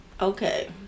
Okay